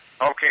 Okay